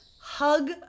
hug